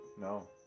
No